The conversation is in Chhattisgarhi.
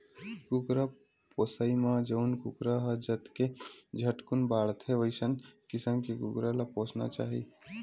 कुकरा पोसइ म जउन कुकरा ह जतके झटकुन बाड़थे वइसन किसम के कुकरा ल पोसना चाही